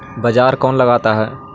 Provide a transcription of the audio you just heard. बाजार कौन लगाता है?